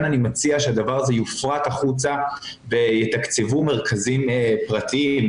אני מציע שהדבר הזה יופרט החוצה ויתקצבו מרכזים פרטיים,